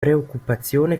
preoccupazione